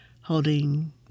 holding